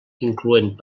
incloent